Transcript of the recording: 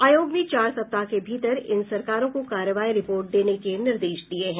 आयोग ने चार सप्ताह के भीतर इन सरकारों को कार्रवाई रिपोर्ट देने के निर्देश दिये हैं